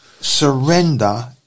surrender